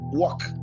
walk